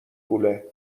کوله